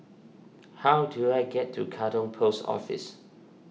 how do I get to Katong Post Office